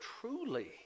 truly